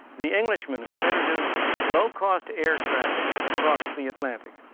the englishman who introduced low cost air traffic across the atlantic.